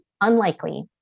unlikely